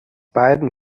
beiden